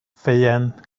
ffeuen